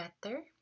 better